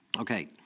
Okay